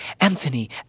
Anthony